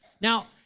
Now